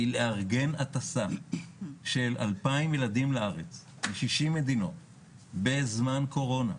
זה לארגן הטסה של 2,000 ילדים לארץ מ-60 מדינות בזמן קורונה,